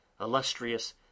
Illustrious